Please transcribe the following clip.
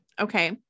Okay